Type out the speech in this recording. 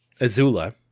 Azula